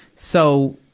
so,